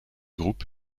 groupes